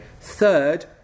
Third